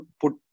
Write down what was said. put